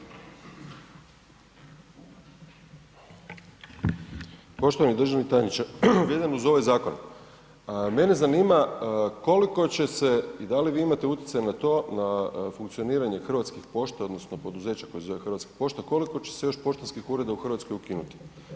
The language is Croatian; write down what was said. Poštovani državni tajniče, vezano uz ovaj zakon, mene zanima koliko će se i dali vi imate utjecaj na to na funkcioniranje hrvatskih pošta odnosno poduzeća koje se zove Hrvatska pošta, koliko će se još poštanskih ureda u Hrvatskoj ukinuti?